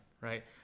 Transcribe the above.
right